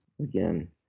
again